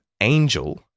angel